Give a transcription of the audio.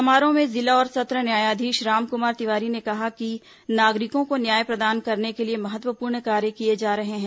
समारोह में जिला और सत्र न्यायाधीश रामकुमार तिवारी ने कहा कि नागरिकों को न्याय प्रदान करने के लिए महत्वपूर्ण कार्य किए जा रहे हैं